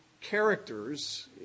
characters